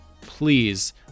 please